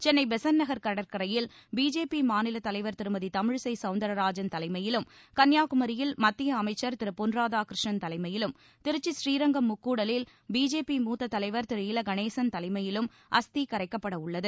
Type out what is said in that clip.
சென்னை பெசன்ட் நகர் கடற்கரையில் பிஜேபி மாநிலத் தலைவர் திருமதி தமிழிசை கவுந்தரராஜன் தலைமையிலும் கன்னியாகுமரியில் மத்திய அமைச்சர் திரு பொன் ராதாகிருஷ்ணன் தலைமையிலும் திருக்சி ஸ்ரீரங்கம் முக்கூடலில் பிஜேபி மூத்தத் தலைவர் திரு இல கணேசன் தலைமையிலும் அஸ்தி கரைக்கப்பட உள்ளது